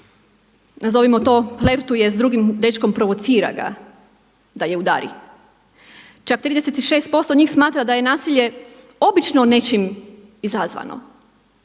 nazovimo to flertuje sa drugim dečkom provocira ga da je udari. Čak 36% njih smatra da je nasilje obično nečim izazvano.